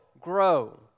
grow